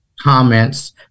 comments